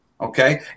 okay